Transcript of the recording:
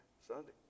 Sunday